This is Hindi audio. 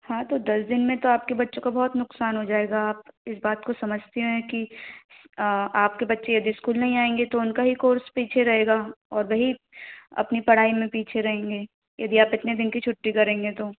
हाँ तो दस दिन में तो आपके बच्चों का बहुत नुक़सान हो जाएगा आप इस बात को समझती हैं कि आपके बच्चे यदि इस्कूल नहीं आएंगे तो उनका ही कोर्स पीछे रहेगा और वही अपनी पढ़ाई में पीछे रहेंगे यदि आप इतने दिन की छुट्टी करेंगे तो